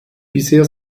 bisher